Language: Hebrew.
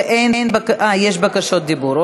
ויש בקשות דיבור.